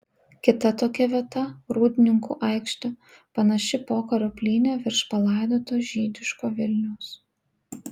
kita tokia vieta rūdninkų aikštė panaši pokario plynė virš palaidoto žydiško vilniaus